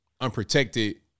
unprotected